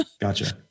Gotcha